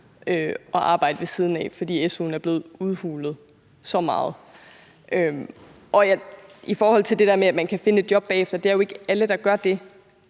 at arbejde ved siden af, fordi su'en er blevet udhulet så meget. I forhold til det der med, at man kan finde job bagefter, vil jeg sige, at det jo ikke er alle, der gør det.